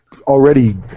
already